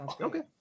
Okay